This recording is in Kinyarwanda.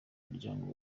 muryango